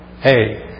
Hey